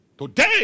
Today